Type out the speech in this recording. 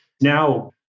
Now